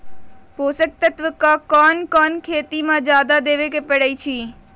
पोषक तत्व क कौन कौन खेती म जादा देवे क परईछी?